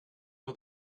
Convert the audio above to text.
for